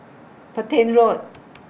Petain Road